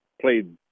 played